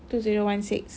two zero one six